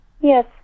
Yes